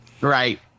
right